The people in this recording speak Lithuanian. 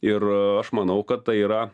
ir aš manau kad tai yra